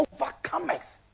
overcometh